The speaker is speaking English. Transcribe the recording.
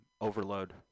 overload